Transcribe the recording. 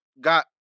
got